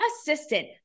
assistant